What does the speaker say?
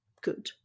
good